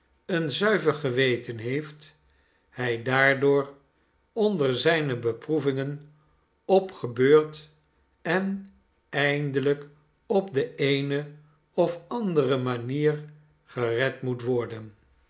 een zuiver geweten heeft hij daardoor onder zijne beproevingen opgebeurd en eindelijk op de eene of andere manier gered moet worden